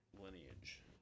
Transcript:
lineage